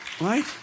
Right